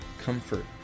comfort